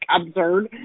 absurd